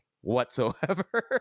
whatsoever